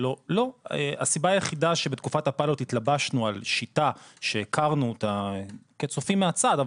הסיבה היחידה שבתקופת הפיילוט התלבשנו על שיטה שהכרנו אותה כצופים מהצד,